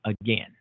again